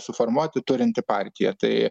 suformuoti turinti partija tai